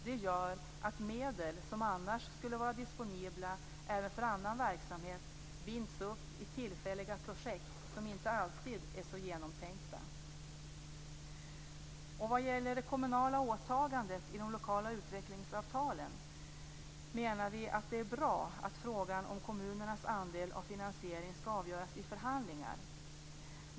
Det gör att medel som annars skulle vara disponibla även för annan verksamhet binds upp i tillfälliga projekt som inte alltid är så genomtänkta. Vad gäller det kommunala åtagandet i de lokala utvecklingsavtalen menar vi att det är bra att frågan om kommunernas andel av finansieringen skall avgöras vid förhandlingar.